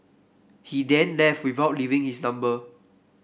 he then left without leaving his number